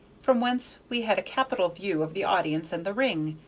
from whence we had a capital view of the audience and the ring,